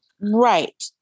right